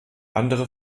andere